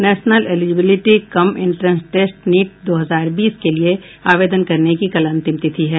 national eligibility cum entrance test NEET दो हजार बीस के लिए आवेदन करने की कल अंतिम तिथि है